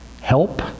help